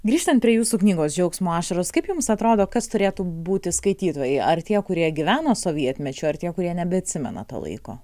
grįžtant prie jūsų knygos džiaugsmo ašaros kaip jums atrodo kas turėtų būti skaitytojai ar tie kurie gyveno sovietmečiu ar tie kurie nebeatsimena to laiko